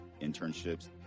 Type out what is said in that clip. internships